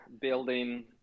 building